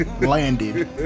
landed